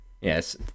yes